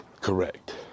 correct